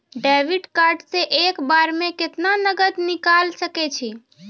Debit card से एक बार मे केतना नगद निकाल सके छी?